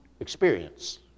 Experience